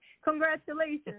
Congratulations